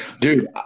dude